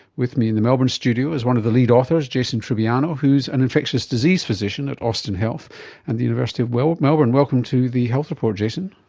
with me in the melbourne studio is one of the lead authors jason trubiano who's an infectious disease physician at austin health and the university of melbourne. welcome to the health report, jason.